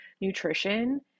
nutrition